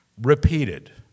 Repeated